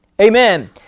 Amen